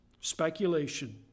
speculation